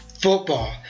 Football